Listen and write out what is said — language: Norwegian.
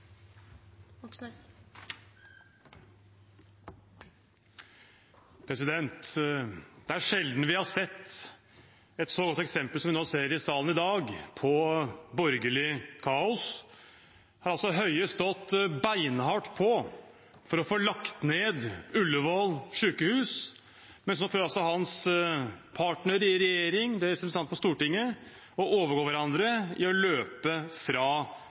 sjelden vi har sett et så godt eksempel som vi nå ser i salen i dag, på borgerlig kaos. Her har altså Høie stått beinhardt på for å få lagt ned Ullevål sykehus, men så prøver altså hans partnere i regjering, deres representanter på Stortinget, å overgå hverandre i å løpe fra